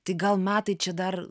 tai gal metai čia dar